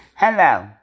Hello